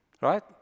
Right